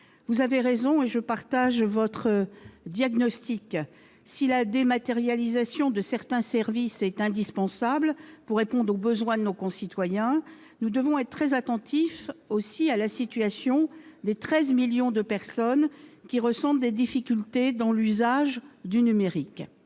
le sénateur Éric Gold, je partage votre diagnostic : si la dématérialisation de certains services est indispensable pour répondre aux besoins de nos concitoyens, nous devons être très attentifs à la situation des 13 millions de personnes qui ressentent des difficultés dans l'usage du numérique.